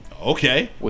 Okay